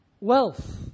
Wealth